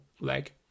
leg